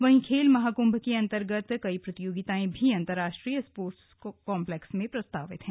वहीं खेल महाकुम्भ के अन्तर्गत कई प्रतियोगिताएं भी अन्तर्राष्ट्रीय स्पोर्ट्स काम्पलैक्स में प्रस्तावित हैं